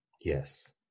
Yes